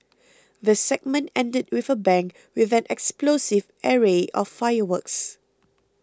the segment ended with a bang with an explosive array of fireworks